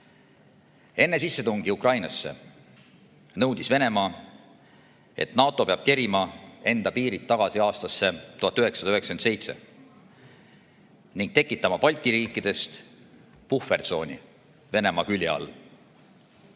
Enne sissetungi Ukrainasse nõudis Venemaa, et NATO peab kerima enda piirid tagasi aastasse 1997 ning tekitama Balti riikidest puhvertsooni Venemaa külje